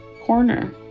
corner